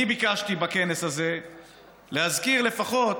אני ביקשתי בכנס הזה להזכיר לפחות,